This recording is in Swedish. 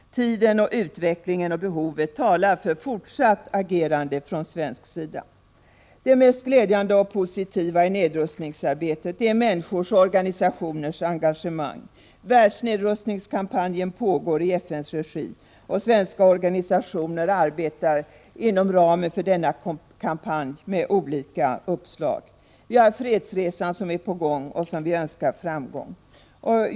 Tiden, utvecklingen och behovet talar för fortsatt agerande från svensk sida. Det mest glädjande och positiva i nedrustningsarbetet är människors och organisationers engagemang. Världsnedrustningskampanjen pågår i FN:s regi, och svenska organisationer arbetar inom ramen för denna kampanj med olika uppslag. Fredsresan är på gång, och vi önskar den framgång.